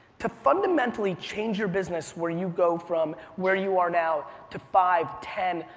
to fundamentally change your business where you go from where you are now to five, ten,